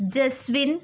Jeswin